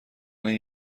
این